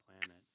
planet